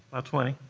twenty.